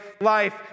life